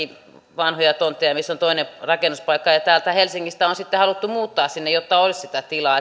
vanhoja tontteja missä on toinen rakennuspaikka ja ja täältä helsingistä on sitten haluttu muuttaa sinne jotta olisi sitä tilaa